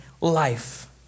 life